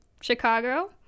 chicago